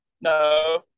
No